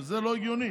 שזה לא הגיוני.